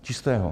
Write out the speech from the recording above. Čistého.